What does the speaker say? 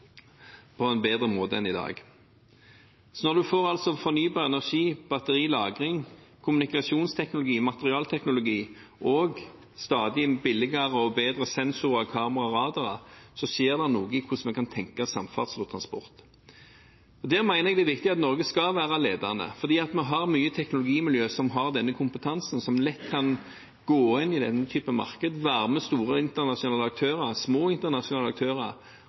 på en bedre måte enn i dag. Når man får fornybar energi, batterilagring, kommunikasjonsteknologi, materialteknologi og stadig billigere og bedre sensorer, kameraer og radarer, skjer det noe med hvordan vi kan tenke samferdsel og transport. Jeg mener det er viktig at Norge er ledende, for vi har mange teknologimiljøer med slik kompetanse, som lett kan gå inn i dette markedet, være med store internasjonale aktører, små internasjonale aktører,